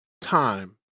time